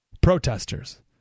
protesters